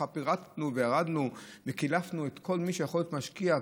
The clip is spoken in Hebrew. כשפירטנו וירדנו וקילפנו את כל מי שיכול להיות משקיע,